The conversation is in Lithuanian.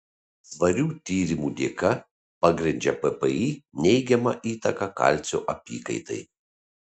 svarių tyrimų dėka pagrindžia ppi neigiamą įtaką kalcio apykaitai